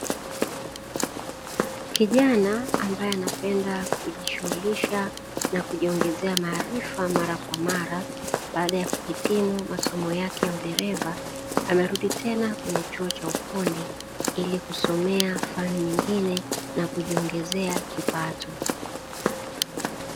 Kijana ambaye anapenda kujishughulisha na kujiongezea maarifa mara kwa mara, baada ya kuhitimu masomo yake ya udereva. Amerudi tena kwenye chuo cha ufundi ili kusomea fani nyingine na kujiongezea kipato.